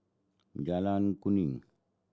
Jalan Kuning